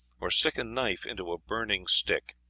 or stick a knife into a burning stick,